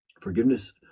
forgiveness